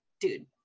dude